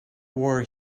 war